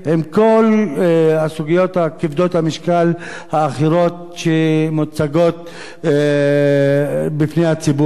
עם כל הסוגיות כבדות המשקל האחרות שמוצגות בפני הציבור.